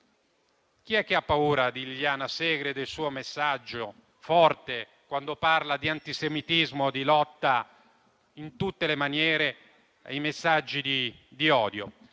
Chi è che ha paura di Liliana Segre e del suo messaggio forte, quando parla di antisemitismo, di lotta in tutte le maniere ai messaggi di odio?